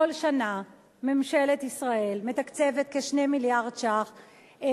כל שנה ממשלת ישראל מתקצבת בכ-2 מיליארד שקלים